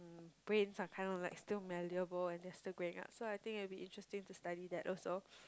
brains are kind of like still malleable and they're still growing up so I think it will be interesting to study that also